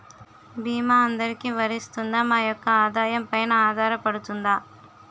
భీమా అందరికీ వరిస్తుందా? మా యెక్క ఆదాయం పెన ఆధారపడుతుందా?